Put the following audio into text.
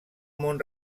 mont